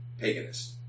paganist